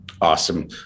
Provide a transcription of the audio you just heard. Awesome